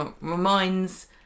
reminds